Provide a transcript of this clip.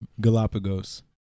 Galapagos